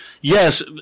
yes